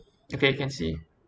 okay can see